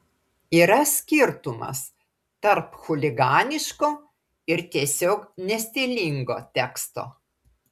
yra skirtumas tarp chuliganiško ir tiesiog nestilingo teksto